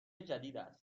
جدیداست